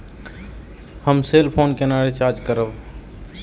हम cell phone केना recharge करब?